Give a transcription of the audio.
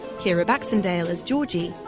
ciara baxendale as georgie,